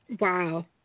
Wow